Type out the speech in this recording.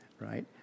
Right